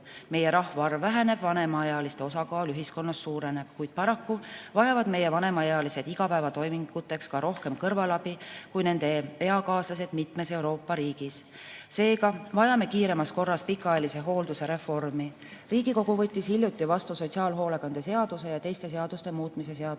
Meie rahvaarv väheneb, vanemaealiste osakaal ühiskonnas suureneb, kuid paraku vajavad meie vanemaealised igapäevatoiminguteks ka rohkem kõrvalabi kui nende eakaaslased mitmes Euroopa riigis. Seega vajame kiiremas korras pikaajalise hoolduse reformi. Riigikogu võttis hiljuti vastu sotsiaalhoolekande seaduse ja teiste seaduste muutmise seaduse